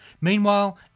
Meanwhile